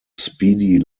speedy